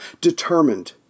determined